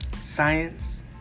science